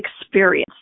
experience